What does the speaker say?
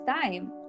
time